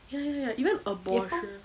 ya ya ya even abortion